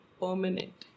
permanent